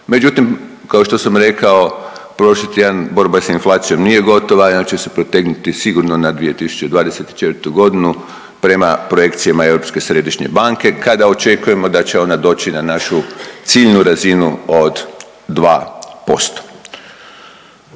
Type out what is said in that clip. međutim, kao što sam rekao, prošli tjedan, borba s inflacijom nije gotova, ona će se protegnuti sigurno na 2024. g. prema projekcijama Europske središnje banke kada očekujemo da će ona doći na našu ciljnu razini od 2%.